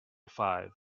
five